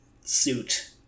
suit